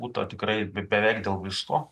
būta tikrai be beveik dėl visko